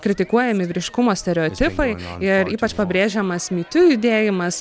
kritikuojami vyriškumo stereotipai ir ypač pabrėžiamas me too judėjimas